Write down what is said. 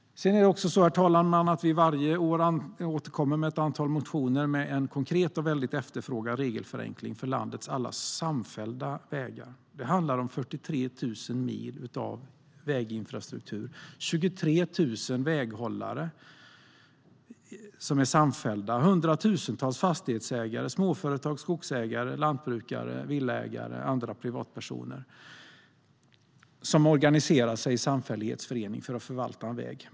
Herr talman! Vi återkommer varje år med ett antal motioner om en konkret och väldigt efterfrågad regelförenkling för landets alla samfällda vägar. Det handlar om 43 000 mil av väginfrastruktur. Det är 23 000 väghållare, hundratusentals fastighetsägare, småföretag, skogsägare, lantbrukare, villaägare och andra privatpersoner som organiserar sig i samfällighetsföreningar för att förvalta en väg.